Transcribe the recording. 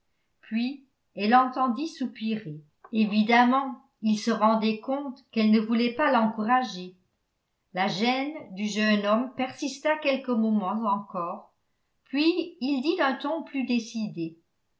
puis elle l'entendit soupirer évidemment il se rendait compte qu'elle ne ne voulait pas l'encourager la gêne du jeune homme persista quelques moments encore puis il dit d'un ton plus décidé